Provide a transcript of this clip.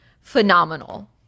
Phenomenal